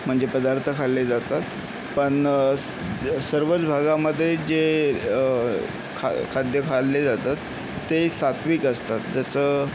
म्हणजे पदार्थ खाल्ले जातात पण सर्वच भागांमध्ये जे खा खाद्य खाल्ले जातात ते सात्विक असतात जसं